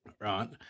Right